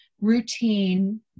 routine